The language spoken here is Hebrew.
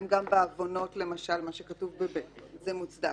האם גם בעוונות למשל, מה שכתוב ב-(ב) זה מוצדק?